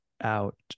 out